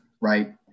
right